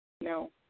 No